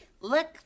Look